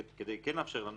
כדי כן לאפשר לנו